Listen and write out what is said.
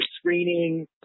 screening